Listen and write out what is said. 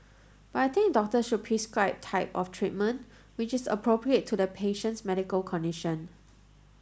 but I think doctors should prescribe the type of treatment which is appropriate to the patient's medical condition